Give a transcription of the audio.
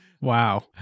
Wow